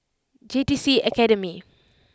J T C Academy